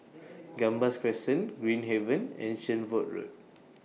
Gambas Crescent Green Haven and Shenvood Road